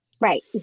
right